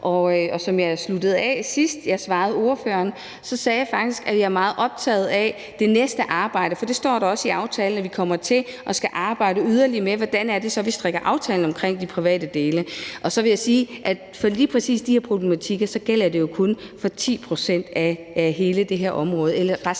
til ferie osv., og sidst jeg svarede spørgeren, sluttede jeg af med at sige, at jeg faktisk er meget optaget af det næste arbejde – for der står også i aftalen, at vi kommer til at skulle arbejde yderligere med, hvordan det så er, vi strikker aftalen om de private dele sammen. Så vil jeg sige, at i forhold til lige præcis de her problematikker gælder det jo kun for 10 pct. af hele det her område